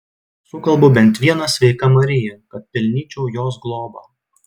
sukalbu bent vieną sveika marija kad pelnyčiau jos globą